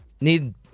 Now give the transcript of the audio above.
need